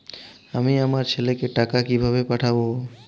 আমি আমার ছেলেকে টাকা কিভাবে পাঠাব?